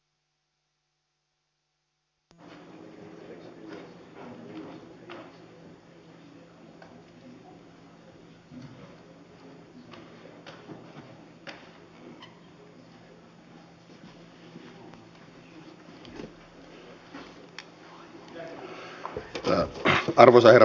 arvoisa herra puhemies